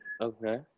Okay